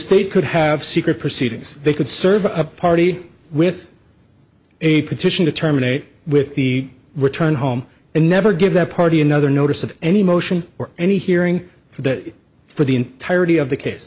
state could have secret proceedings they could serve a party with a petition to terminate with the return home and never give that party another notice of any motion or any hearing for that for the entirety of the case